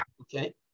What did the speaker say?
Okay